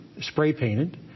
spray-painted